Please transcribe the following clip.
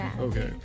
Okay